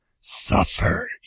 suffer